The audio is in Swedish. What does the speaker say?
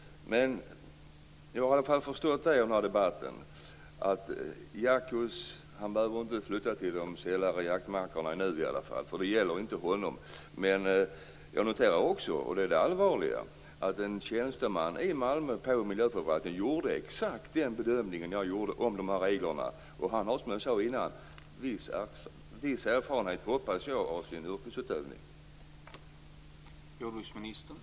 Jag har i alla fall förstått av debatten att Jacko inte behöver flytta till de sälla jaktmarkerna ännu. Detta gäller inte honom. Jag noterar också, och det är det allvarliga, att en tjänsteman på miljöförvaltningen i Malmö gjorde exakt den bedömning av de här reglerna som jag gjorde. Han har, som jag sade innan, viss erfarenhet av sin yrkesutövning, hoppas jag.